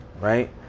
right